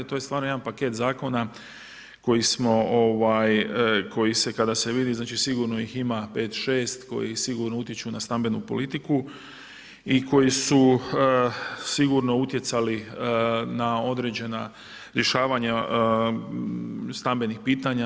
To je stvarno jedan paket zakona koji se kada se vidi znači, sigurno ih ima 5-6 koji sigurno utječu na stambenu politiku i koji su sigurno utjecali na određena rješavanja stambenih pitanja.